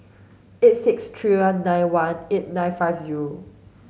eight six three one nine one eight nine five zero